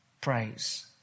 praise